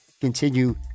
continue